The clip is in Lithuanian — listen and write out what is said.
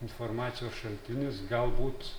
informacijos šaltinis galbūt